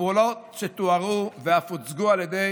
הפעולות שתוארו ואף הוצגו על ידי